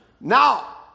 Now